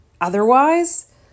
otherwise